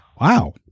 Wow